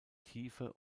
tiefe